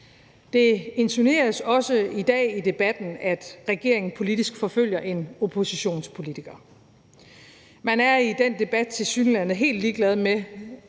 Det insinueres også i dag i debatten, at regeringen politisk forfølger en oppositionspolitiker. Man er i den debat tilsyneladende helt ligeglad med